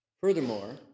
Furthermore